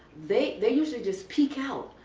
they they usually just peek out.